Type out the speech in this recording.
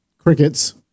crickets